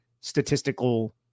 statistical